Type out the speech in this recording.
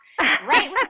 right